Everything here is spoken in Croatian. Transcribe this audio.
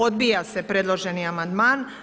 Odbija se predloženi amandman.